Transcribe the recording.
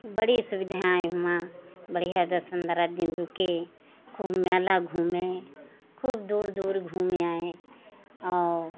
बड़ी सुविधाएँ हुआँ बढ़ियाँ दस पन्द्रह दिन रुके खूब मेला घूमे खूब दूर दूर घूम आए और